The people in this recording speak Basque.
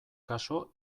kasu